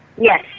Yes